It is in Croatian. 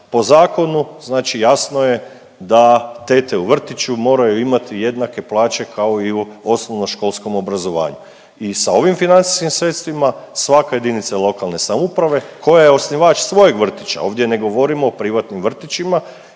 po zakonu znači jasno je da tete u vrtiću moraju imati jednake plaće kao i u osnovnoškolskom obrazovanju i sa ovim financijskim sredstvima svaka JLS koja je osnivač svojeg vrtića, ovdje ne govorimo o privatnim vrtićima